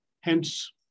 hence